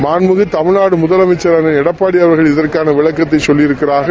மாண்புமிகு தமிழக முதலமைச்சர் எடப்பாடி அவர்கள் இதற்கான விளக்கத்தை சொல்லியிருக்கிறார்கள்